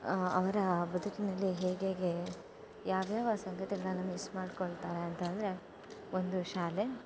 ಅವರ ಬದುಕಿನಲ್ಲಿ ಹೇಗೆ ಹೇಗೆ ಯಾವಯಾವ ಸಂಗತಿಗಳನ್ನು ಮಿಸ್ ಮಾಡಿಕೊಳ್ತಾರೆ ಅಂತಂದರೆ ಒಂದು ಶಾಲೆ